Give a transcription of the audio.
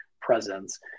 presence